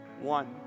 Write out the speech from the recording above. One